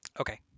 Okay